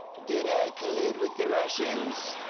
did i collude with the russians?